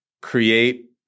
create